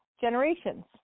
generations